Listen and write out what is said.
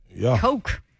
Coke